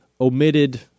omitted